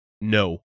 No